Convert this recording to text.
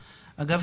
אגב,